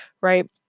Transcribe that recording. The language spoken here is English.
right